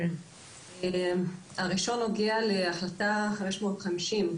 הראשון נוגע להחלטה 550,